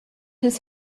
his